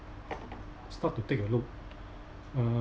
start to take a look uh